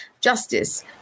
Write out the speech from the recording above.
justice